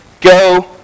go